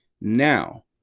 Now